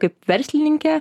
kaip verslininkę